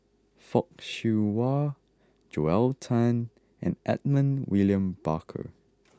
Fock Siew Wah Joel Tan and Edmund William Barker